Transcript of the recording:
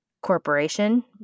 corporation